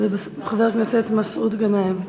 חבר הכנסת מסעוד גנאים,